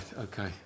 okay